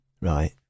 right